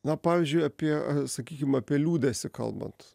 na pavyzdžiui apie sakykim apie liūdesį kalbant